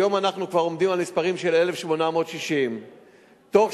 היום אנחנו כבר עומדים על מספרים של 1,860. בתוך